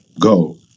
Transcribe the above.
go